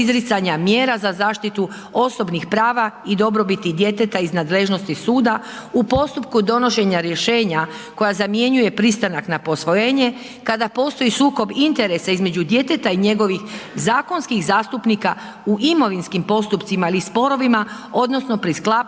izricanja mjera za zaštitu osobnih prava i dobrobiti djeteta iz nadležnosti suda, u postupku donošenja rješenja koja zamjenjuje pristanak na posvojenje, kada postoji sukob interesa između djeteta i njegovih zakonskih zastupnika u imovinskim postupcima ili sporovima odnosno pri sklapanju